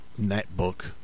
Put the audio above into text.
netbook